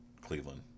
Cleveland